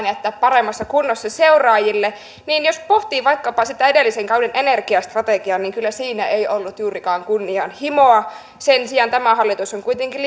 jättää paremmassa kunnossa seuraajille niin jos pohtii vaikkapa sitä edellisen kauden energiastrategiaa niin siinä ei kyllä ollut juurikaan kunnianhimoa sen sijaan tämä hallitus on kuitenkin